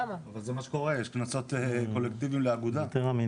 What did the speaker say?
אבל זה מה שקורה, יש קנסות קולקטיבים לאגודה.